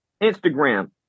Instagram